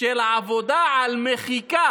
של עבודה על מחיקה